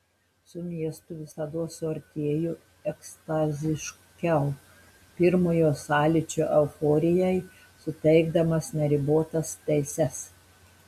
su miestu visados suartėju ekstaziškiau pirmojo sąlyčio euforijai suteikdamas neribotas teises